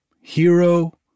Hero